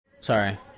Sorry